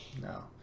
no